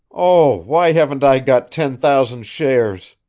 oh, why haven't i got ten thousand shares?